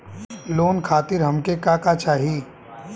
Loan खातीर हमके का का चाही?